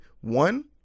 one